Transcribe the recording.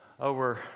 over